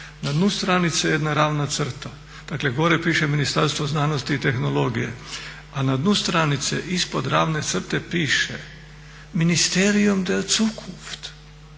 Na dnu stranice je jedna ravna crta. Dakle gore piše Ministarstvo znanosti i tehnologije a na dnu stranice ispod ravne crte piše ministerium die Zukunft